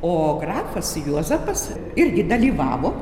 o grafas juozapas irgi dalyvavo